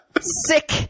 sick